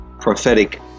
prophetic